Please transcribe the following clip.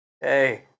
Hey